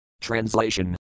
Translation